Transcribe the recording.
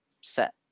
set